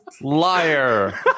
liar